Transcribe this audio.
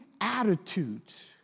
attitudes